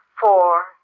four